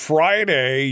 Friday